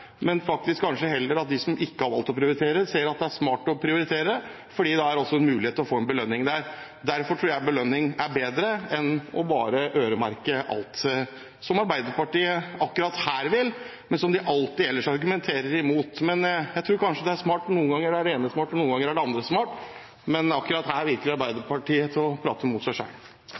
men kanskje heller dem som ikke har valgt å prioritere, så de kan se at det er smart å prioritere, fordi det gir mulighet for belønning. Derfor tror jeg belønning er bedre enn bare å øremerke alt, som Arbeiderpartiet akkurat her vil, men som de alltid ellers argumenterer imot. Jeg tror kanskje at noen ganger er det ene smart, og noen ganger er det andre smart. Men akkurat synes Arbeiderpartiet å prate mot seg selv.